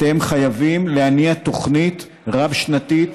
אתם חייבים להניע תוכנית רב-שנתית